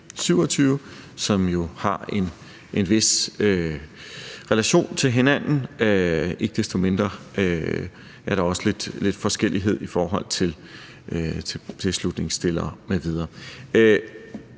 som jo har en vis relation til hinanden. Ikke desto mindre er der også lidt forskellighed i forhold til forslagsstillere m.v.